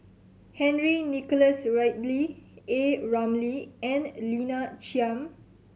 Henry Nicholas Ridley A Ramli and Lina Chiam